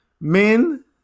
Men